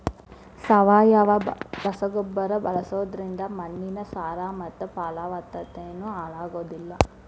ಸಾವಯವ ರಸಗೊಬ್ಬರ ಬಳ್ಸೋದ್ರಿಂದ ಮಣ್ಣಿನ ಸಾರ ಮತ್ತ ಪಲವತ್ತತೆನು ಹಾಳಾಗೋದಿಲ್ಲ